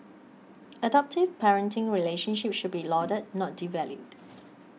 adoptive parenting relationships should be lauded not devalued